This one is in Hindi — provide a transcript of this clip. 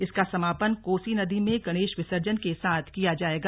इसका समापन कोसी नदी में गणेश विसर्जन के साथ किया जाएगा